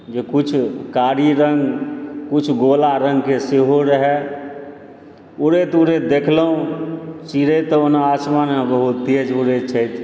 जे कुछ कारी रङ्ग कुछ गोरा रङ्गके सेहो रहय उड़ैत उड़ैत देखलहुँ चिड़ै तऽ ओना आसमानमे बहुते तेज उड़ए छथि